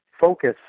focus